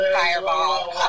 Fireball